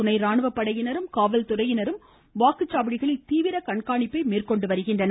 துணை இராணுவப் படையினரும் காவல்துறையினரும் வாக்குச் சாவடிகளில் தீவிர கண்காணிப்பை மேற்கொண்டுள்ளனர்